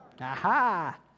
Aha